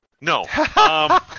No